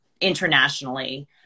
internationally